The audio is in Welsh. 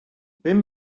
bum